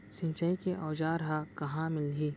सिंचाई के औज़ार हा कहाँ मिलही?